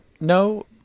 No